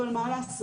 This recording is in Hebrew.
אבל מה לעשות?